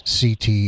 CT